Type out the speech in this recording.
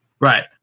Right